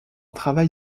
travail